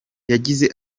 yagize